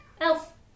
Elf